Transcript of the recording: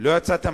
לא יצאתי בכלל.